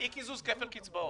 האי קיזוז כפל קצבאות.